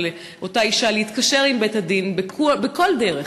אותה אישה להתקשר עם בית-הדין בכל דרך.